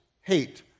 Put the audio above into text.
hate